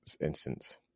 instance